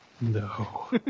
No